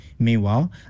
Meanwhile